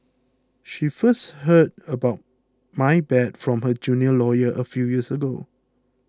she first heard about my bad from her junior lawyer a few years ago